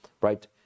right